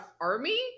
army